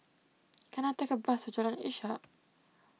can I take a bus to Jalan Ishak